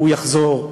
הוא יחזור,